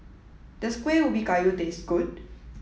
does Kueh Ubi Kayu taste good